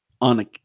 on